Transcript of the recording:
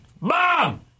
Mom